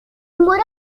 muro